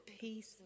peace